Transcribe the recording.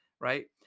right